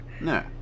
No